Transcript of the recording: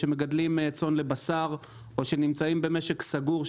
צאן לבשר או נמצאים במשק סגור.